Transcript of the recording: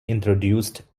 introduced